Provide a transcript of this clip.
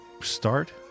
start